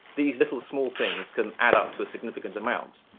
these little small things can add up to a significant amount.